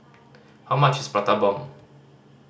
how much is Prata Bomb